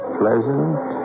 pleasant